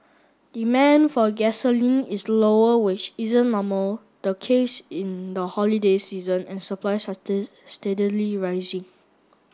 demand for gasoline is lower which isn't normal the case in the holiday season and supplies are steadily rising